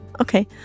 okay